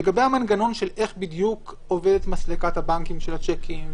לגבי המנגנון איך בדיוק עובדת מסלקת הבנקים של השיקים,